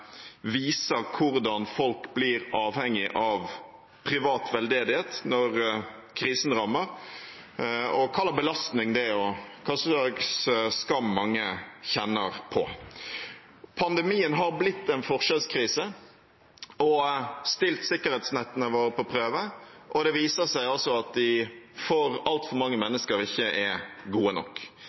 viser hvordan folk blir avhengig av privat veldedighet når krisen rammer, og hva slags belastning og skam mange kjenner på. Pandemien har blitt en forskjellskrise og har stilt sikkerhetsnettene våre på prøve, og det viser seg at de for altfor mange mennesker ikke er gode nok.